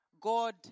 god